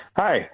Hi